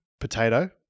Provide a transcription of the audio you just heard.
Potato